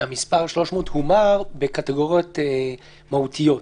בקטגוריות מהותיות.